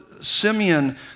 Simeon